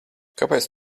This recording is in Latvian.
kāpēc